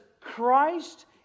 Christ